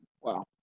Wow